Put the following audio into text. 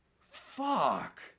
Fuck